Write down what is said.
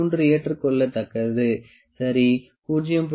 3 ஏற்றுக்கொள்ளத்தக்கது சரி 0